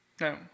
No